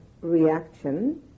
reaction